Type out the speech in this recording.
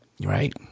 Right